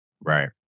Right